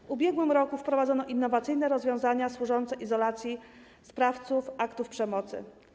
W ubiegłym roku wprowadzono innowacyjne rozwiązania służące izolacji sprawców aktów przemocy.